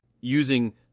Using